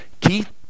Keith